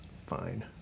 fine